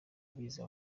biza